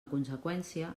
conseqüència